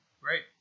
Great